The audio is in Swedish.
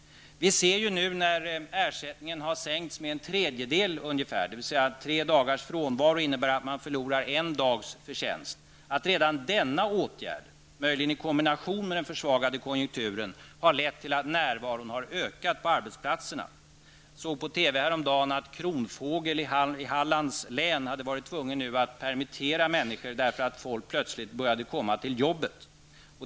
Vi ser ju nu, när ersättningen har sänkts med ungefär en tredjedel -- dvs. tre dagaras frånvaro innebär att man förlorar en dags förtjänst -- att redan denna åtgärd, möjligen i kombination med den försvagade konjunkturen, har lett till att närvaron har ökat på arbetsplatserna. Jag såg på TV häromdagen att Kronfågel i Hallands län hade varit tvunget att permitterat människor därför att folk plötsligt började komma till jobbet.